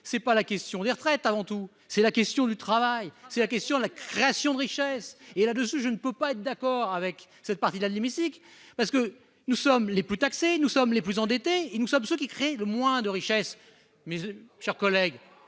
pose c'est pas la question des retraites, avant tout, c'est la question du travail, c'est la question la création de richesses et là-dessus je ne peux pas être d'accord avec cette partie-là de l'hémicycle parce que nous sommes les plus taxés, nous sommes les plus endettés et nous sommes ce qui crée le moins de richesse mais, chers collègues.